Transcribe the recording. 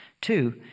Two